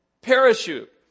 parachute